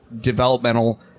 developmental